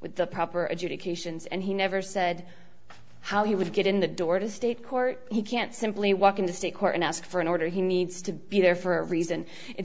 with the proper adjudications and he never said how he would get in the door to state court he can't simply walk into state court and ask for an order he needs to be there for a reason it's